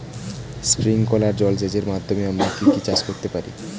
Sprinkler জলসেচের মাধ্যমে আমরা কি কি চাষ করতে পারি?